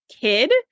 kid